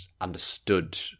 understood